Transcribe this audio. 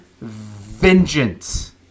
vengeance